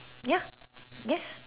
ya ya